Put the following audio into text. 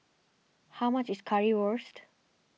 how much is Currywurst